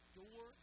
door